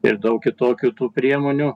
ir daug kitokių tų priemonių